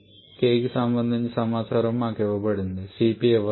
k కి సంబంధించిన సమాచారం మాకు ఇవ్వబడింది Cp ఇవ్వలేదు